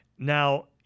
Now